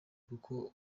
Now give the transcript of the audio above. kuko